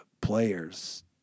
players